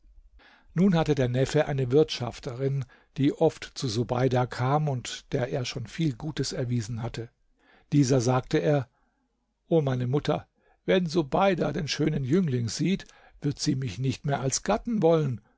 nun hatte der neffe eine wirtschafterin die oft zu subeida kam und der er schon viel gutes erwiesen hatte dieser sagte er o meine mutter wenn subeida den schönen jüngling sieht wird sie mich nicht mehr als gatten wollen